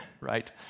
right